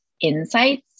insights